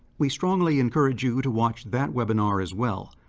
we strongly encourage you to watch that webinar as well,